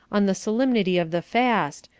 on the solemnity of the fast,